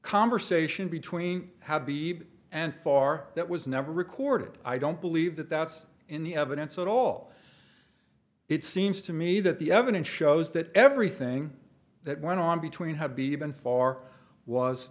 conversation between habeeb and far that was never recorded i don't believe that that's in the evidence at all it seems to me that the evidence shows that everything that went on between have b been far was